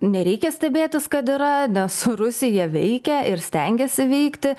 nereikia stebėtis kad yra nes rusija veikia ir stengiasi veikti